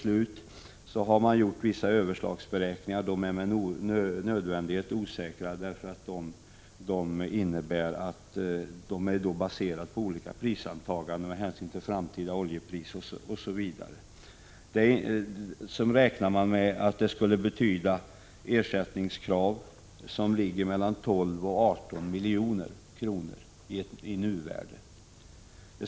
Statens energiverket har gjort vissa överslagsberäkningar, som med nödvändighet är osäkra, då de är baserade på olika prisantaganden med hänsyn till framtida oljepriser osv. Men verket räknar med att en avveckling skulle betyda ersättningskrav på mellan 12 och 18 milj.kr. i nuvärde.